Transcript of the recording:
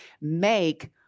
make